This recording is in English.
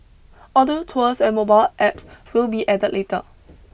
audio tours and mobile apps will be added later